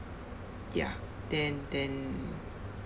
ya than than